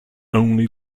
only